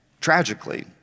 tragically